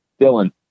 Dylan